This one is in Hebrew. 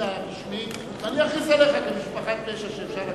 רשמי ואני אכריז עליך משפחת פשע שאפשר לקחת,